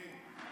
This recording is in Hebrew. מי?